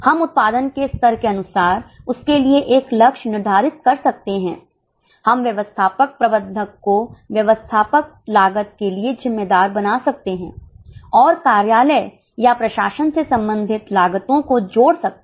हम उत्पादन के स्तर के अनुसार उसके लिए एक लक्ष्य निर्धारित कर सकते हैं हम व्यवस्थापक प्रबंधक को व्यवस्थापक लागत के लिए जिम्मेदार बना सकते हैं और कार्यालय या प्रशासन से संबंधित लागतो को जोड़ सकते हैं